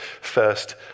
first